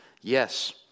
yes